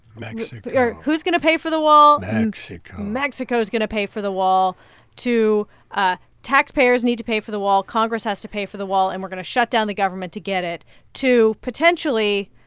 mexico but yeah who's going to pay for the wall? and mexico mexico's going to pay for the wall to ah taxpayers need to pay for the wall. congress has to pay for the wall. and we're going to shut down the government to get it to, potentially,